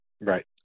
Right